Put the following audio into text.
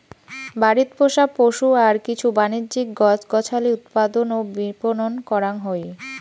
বাড়িত পোষা পশু আর কিছু বাণিজ্যিক গছ গছালি উৎপাদন ও বিপণন করাং হই